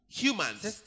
humans